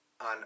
on